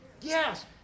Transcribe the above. Yes